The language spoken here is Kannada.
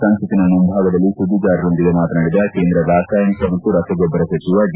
ಸಂಸತ್ತಿನ ಮುಂಭಾಗದಲ್ಲಿ ಸುದ್ದಿಗಾರರೊಂದಿಗೆ ಮಾತನಾಡಿದ ಕೇಂದ್ರ ರಾಸಾಯನಿಕ ಮತ್ತು ರಸಗೊಬ್ಲರ ಸಚಿವ ಡಿ